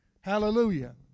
Hallelujah